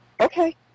okay